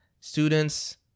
students